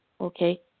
Okay